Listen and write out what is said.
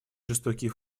жестокие